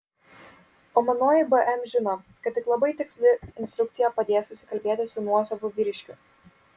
o manoji bm žino kad tik labai tiksli instrukcija padės susikalbėti su nuosavu vyriškiu